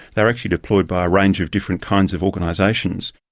they were actually deployed by a range of different kinds of organisations.